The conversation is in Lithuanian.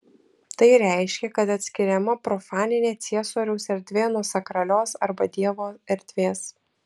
tai reiškia kad atskiriama profaninė ciesoriaus erdvė nuo sakralios arba dievo erdvės